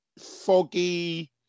foggy